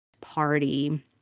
party